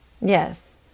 Yes